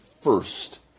first